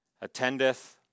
attendeth